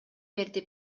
берди